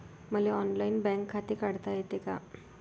मले online bank खाते काढता येते का?